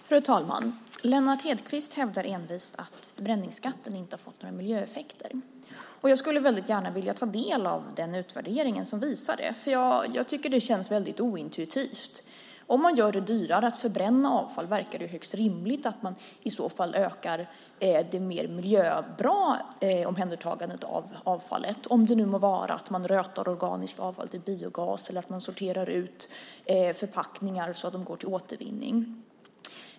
Fru talman! Lennart Hedquist hävdar envist att förbränningsskatten inte har fått några miljöeffekter. Jag skulle väldigt gärna ta del av den utvärdering som visar det, för jag tycker inte att det känns intuitivt. Om man gör det dyrare att förbränna avfall verkar det högst rimligt att man i så fall ökar det mer miljövänliga omhändertagandet, om det nu är att man rötar organiskt avfall till biogas eller att man sorterar ut förpackningar så att de går till återvinning.